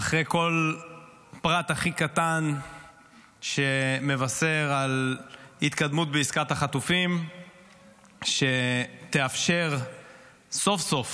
אחרי כל פרט הכי קטן שמבשר על התקדמות בעסקת החטופים שתאפשר סוף-סוף